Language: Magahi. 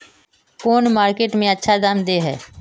कौन मार्केट में अच्छा दाम दे है?